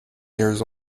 years